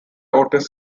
otis